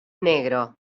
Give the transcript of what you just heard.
negro